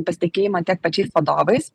pasitikėjimo tiek pačiais vadovais